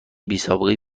بیسابقهای